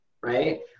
right